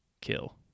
kill